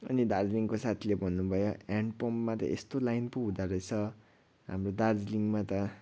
अनि दार्जिलिङको साथीले भन्नभयो ह्यान्ड पम्पमा त यस्तो लाइन पो हुँदारहेछ हाम्रो दार्जिलिङमा त